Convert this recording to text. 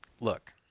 Look